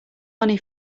money